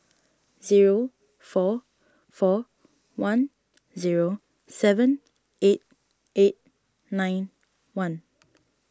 zero four four one zero seven eight eight nine one